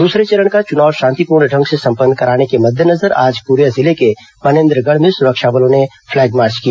दूसरे चरण का चुनाव शांतिपूर्ण ढंग से संपन्न कराने के मद्देनजर आज कोरिया जिले के मनेन्द्रगढ़ में सुरक्षा बलों ने फ्लैग मार्च किया